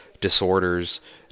disorders